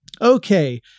Okay